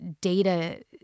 data